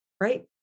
right